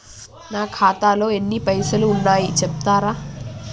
నా ఖాతాలో ఎన్ని పైసలు ఉన్నాయి చెప్తరా?